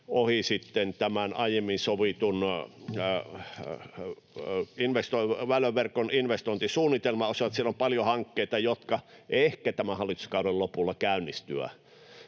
ohi aiemmin sovitun väyläverkon investointisuunnitelman osalta. Siellä on paljon hankkeita, jotka ehkä tämän hallituskauden lopulla käynnistyvät.